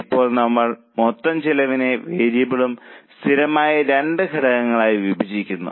ഇപ്പോൾ നമ്മൾ മൊത്തം ചെലവിനെ വേരിയബിളും സ്ഥിരവുമായ 2 ഘടകങ്ങളായി വിഭജിക്കുന്നു